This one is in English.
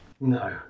No